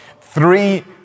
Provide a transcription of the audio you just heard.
Three